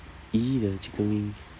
!ee! the chicken wing